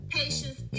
patience